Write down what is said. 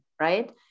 right